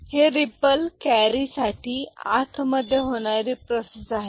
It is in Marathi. ही रिपल कॅरी साठी आत मध्ये होणारी प्रोसेस आहे